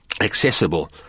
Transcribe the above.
accessible